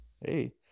Hey